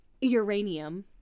uranium